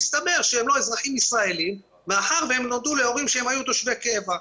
הסתבר שהם לא אזרחים ישראלים מאחר והם נולדו להורים שהם היו תושבי קבע.